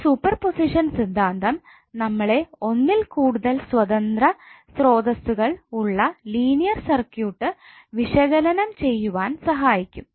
ഈ സൂപ്പർപോസിഷൻ സിദ്ധാന്തം നമ്മളെ ഒന്നിൽ കൂടുതൽ സ്വതന്ത്ര സ്രോതസ്സുകൾ ഉള്ള ലീനിയർ സർക്യൂട്ട് വിശകലനം ചെയ്യുവാൻ സഹായിക്കും